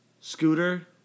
Scooter